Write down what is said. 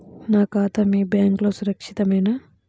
నా ఖాతా మీ బ్యాంక్లో సురక్షితమేనా?